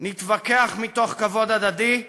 נתווכח מתוך כבוד הדדי,